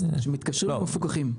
שמתקשרים או מפוקחים?